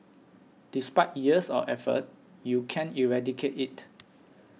despite years of effort you can't eradicate it